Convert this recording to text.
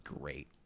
great